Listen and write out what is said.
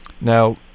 Now